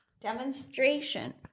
demonstration